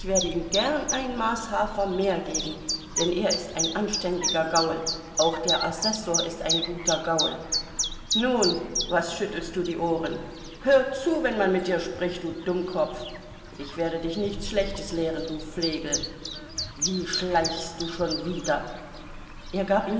werde ihm gern ein maß hafer mehr geben denn er ist ein anständiger gaul auch der assessor ist ein guter gaul nun was schüttelst du die ohren hör zu wenn man mit dir spricht du dummkopf ich werde dich nichts schlechtes lehren du flegel wie schleichst du schon wieder er gab